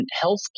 health